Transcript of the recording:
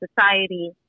society